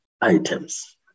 items